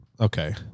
okay